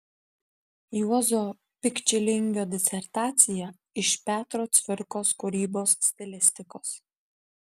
juozo pikčilingio disertacija iš petro cvirkos kūrybos stilistikos